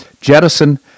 jettison